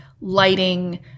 lighting